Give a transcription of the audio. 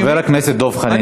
חבר הכנסת דב חנין,